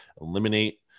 eliminate